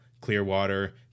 Clearwater